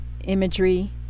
imagery